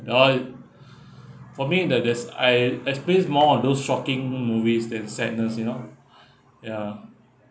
you know I for me there there's I explain more on those shocking m~ movies than sadness you know ya